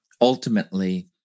ultimately